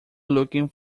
looking